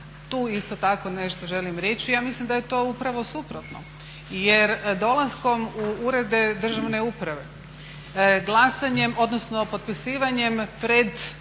tu isto tako nešto želim reći. Ja mislim da je to upravo suprotno jer dolaskom u urede države uprave, glasanjem, odnosno potpisivanjem pred